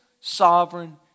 sovereign